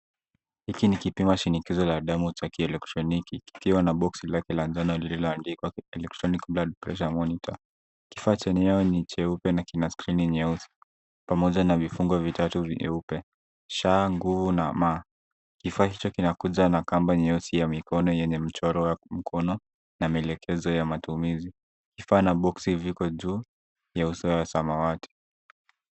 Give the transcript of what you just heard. Hiki ni kipima shinikizo la damu cha kielektroniki kikiwa na boksi lake la njano lililoandikwa Electronic blood pressure monitor . Kifaa chenyewe ni cheupe na kina skrini nyeusi pamoja na vifungo vitatu nyeupe /sha/, /ngu/ na/ ma/. Kifaa hicho kinakuja na kamba nyeusi ya mikono yenye michoro wa mikono na maelekezo ya matumizi. Kifaa na boksi viko juu ya uso wa samawati.